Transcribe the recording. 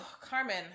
Carmen